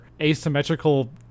asymmetrical